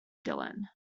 dillon